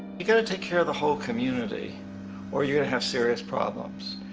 you gotta take care of the whole community or you're gonna have serious problems.